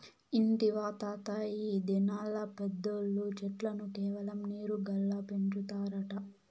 ఇంటివా తాతా, ఈ దినాల్ల పెద్దోల్లు చెట్లను కేవలం నీరు గాల్ల పెంచుతారట